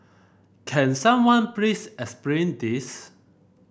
can someone please explain this